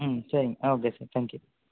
ம் சரிங்க ஆ ஓகே சார் தேங்க்யூ